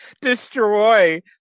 destroy